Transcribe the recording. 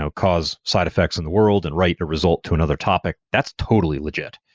so cause side effects in the world and write a result to another topic. that's totally legit.